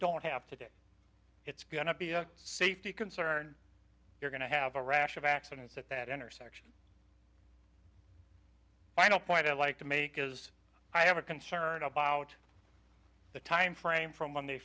don't have today it's going to be a safety concern you're going to have a rash of accidents at that intersection i don't point i'd like to make is i have a concern about the timeframe from when they